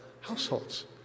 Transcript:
households